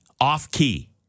off-key